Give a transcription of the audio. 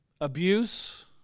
abuse